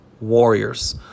warriors